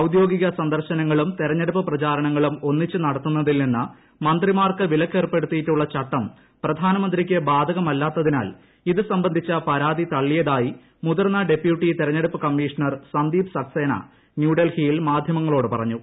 ഔദ്യോഗിക സന്ദർശനങ്ങളും തെരഞ്ഞെടുപ്പ് പ്രചാരണങ്ങളും ഒന്നിച്ച് നടത്തുന്നതിൽ നിന്ന് മന്ത്രിമാർക്ക് വിലക്കേർപ്പെടുത്തിയിട്ടുളള ചട്ടം പ്രധാനമന്ത്രിക്ക് ബാധകമല്ലാത്തിനാൽ ഇത് സംബന്ധിച്ച പരാതി തളളിയതായി മുതിർന്ന ഡെപ്യൂട്ടി തൃെരുണ്ടെടുപ്പ് കമ്മീഷണർ സന്ദീപ് സക്സേന ന്യൂഡൽഹിയിൽ ് പ് മാധ്യമങ്ങളോട് പറഞ്ഞു